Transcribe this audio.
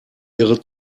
ihre